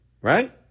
right